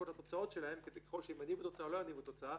לתוצאות שלהם ככל --- התוצאה או לא --- תוצאה.